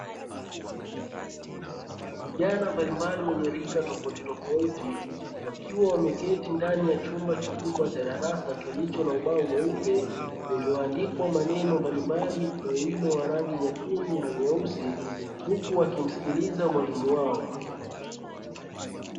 Vijana mbalimbali wenye rika tofautitofauti wakiwa wameketi ndani ya chumba kikubwa cha darasa kilicho na ubao mweupe, ulioandikwa maneno mbalimbali kwa wino wa rangi nyekundu na nyeusi. Huku wakimsikiliza mwalimu wao.